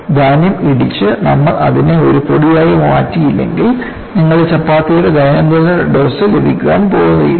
ധാന്യം ഇടിച്ച് നമ്മൾ അതിനെ ഒരു പൊടിയായി മാറ്റിയില്ലെങ്കിൽ നിങ്ങളുടെ ചപ്പാത്തിയുടെ ദൈനംദിന ഡോസ് ലഭിക്കാൻ പോകുന്നില്ല